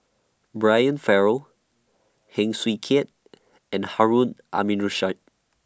Brian Farrell Heng Swee Keat and Harun Aminurrashid